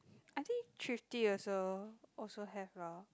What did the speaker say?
I think thrifty also also have lah